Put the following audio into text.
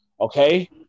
Okay